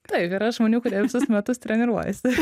taip yra žmonių kurie visus metus treniruojasi